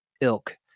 ilk